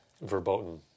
Verboten